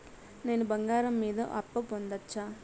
నేను బంగారం మీద అప్పు పొందొచ్చా?